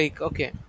Okay